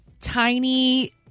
tiny